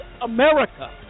America